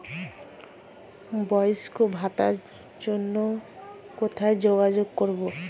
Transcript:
বয়স্ক ভাতার জন্য কোথায় যোগাযোগ করব?